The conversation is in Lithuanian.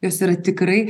jos yra tikrai